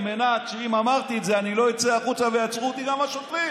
על מנת שאם אמרתי את זה אני לא אצא החוצה ויעצרו גם אותי השוטרים.